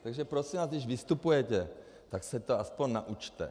Takže prosím vás, když vystupujete, tak se to aspoň naučte.